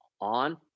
on